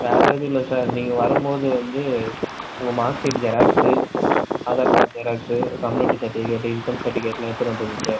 வேறு எதுவும் இல்லை சார் நீங்கள் வரும்போது வந்து உங்கள் mark sheet xerox Aadhaar card xerox community certificate income சர்ட்டிவிக்கேட்டெலாம் எடுத்துட்டு வந்துடுங்க சார்